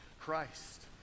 Christ